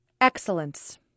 Excellence